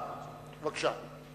בבקשה.